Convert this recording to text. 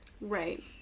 right